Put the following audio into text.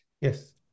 Yes